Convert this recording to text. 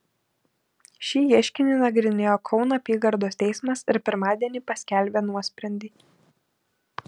šį ieškinį nagrinėjo kauno apygardos teismas ir pirmadienį paskelbė nuosprendį